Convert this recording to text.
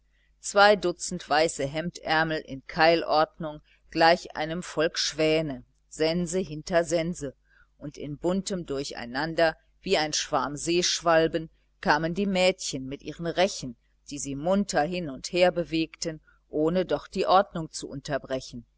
zwei dutzend weiße hemdärmel in keilordnung gleich einem volk schwäne sense hinter sense und in buntem durcheinander wie ein schwarm seeschwalben kamen die mädchen mit ihren rechen die sie munter hin und her bewegten ohne doch die ordnung zu unterbrechen